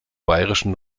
bayerischen